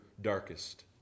darkest